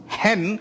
hen